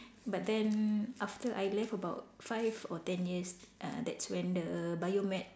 but then after I left about five or ten years uh that's when the bio med